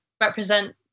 represent